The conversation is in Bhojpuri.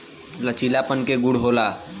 लचीलापन के गुण होला